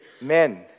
Men